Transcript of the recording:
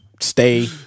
stay